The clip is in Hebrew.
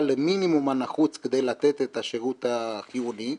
למינימום הנחוץ כדי לתת את השירות החיוני.